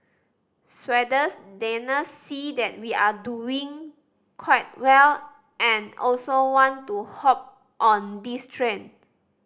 Swedes Danes see that we are doing quite well and also want to hop on this train